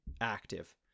active